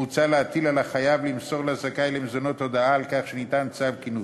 מוצע להטיל על החייב למסור לזכאי למזונות הודעה על כך שניתן צו כינוס.